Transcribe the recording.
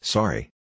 Sorry